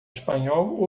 espanhol